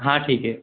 हाँ ठीक है